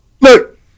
Look